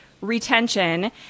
retention